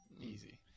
easy